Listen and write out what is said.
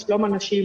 לשלום הנשים,